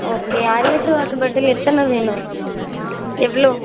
okay அரை litre water bottle எத்தனை வேணும் எவ்வளோ